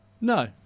No